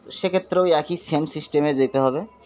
সেক্ষেত্রে ওই একই সেম সিস্টেমে যেতে হবে